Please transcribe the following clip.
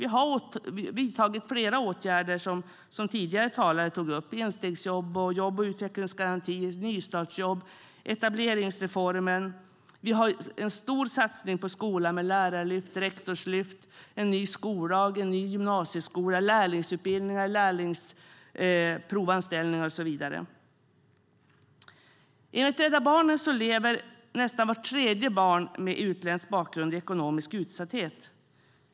Vi har vidtagit flera åtgärder som tidigare talare tog upp: instegsjobb, jobb och utvecklingsgarantin, nystartsjobb och etableringsreformen. Vi har en stor satsning på skolan med lärarlyft, rektorslyft, en ny skollag, en ny gymnasieskola, lärlingsutbildningar, lärlingsprovanställningar och så vidare. Enligt Rädda Barnen lever nästan vart tredje barn med utländsk bakgrund i ekonomisk utsatthet.